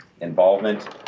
involvement